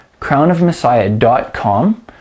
crownofmessiah.com